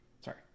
sorry